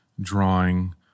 drawing